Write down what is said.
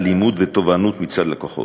אלימות ותובענות מצד לקוחות.